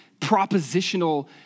propositional